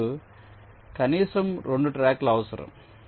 మీకు కనీసం 2 ట్రాక్లు అవసరం